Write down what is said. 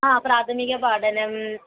हा प्राथमिकं पाठनम्